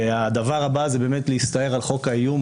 הדבר הבא זה באמת להסתער על חוק האיום,